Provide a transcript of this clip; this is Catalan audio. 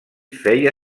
feia